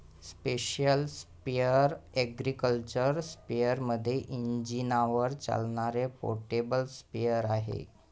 special sprayer agriculture स्पेअरमध्ये इंजिनावर चालणारे पोर्टेबल स्प्रेअर आहे